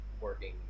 working